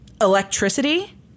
electricity